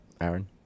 Aaron